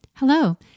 Hello